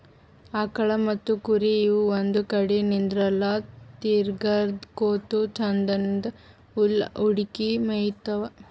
ಆಕಳ್ ಮತ್ತ್ ಕುರಿ ಇವ್ ಒಂದ್ ಕಡಿ ನಿಂದ್ರಲ್ಲಾ ತಿರ್ಗಾಡಕೋತ್ ಛಂದನ್ದ್ ಹುಲ್ಲ್ ಹುಡುಕಿ ಮೇಯ್ತಾವ್